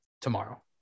tomorrow